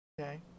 Okay